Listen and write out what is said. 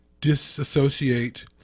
disassociate